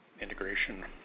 integration